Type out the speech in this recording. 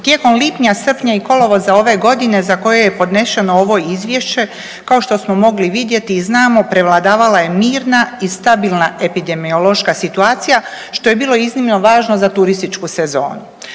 tijekom lipnja, srpnja i kolovoza ove godine za koje je podneseno ovo Izvješće kao što smo mogli vidjeti i znamo prevladavala je mirna i stabilna epidemiološka situacija što je bilo iznimno važno za turističku sezonu.